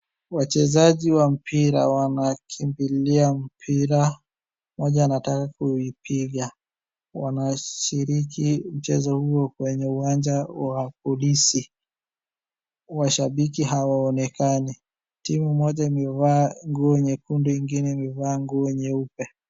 Wachezaji wa mpira wanakimbilia mpira. Mmoja anataka kuipiga. Wanashiriki mchezo huo kwenye uwanja wa polisi. Washabiki hawaonekani. Timu moja imevaa nguo nyekundu ingine imevaa nguo nyeupe.